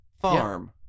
farm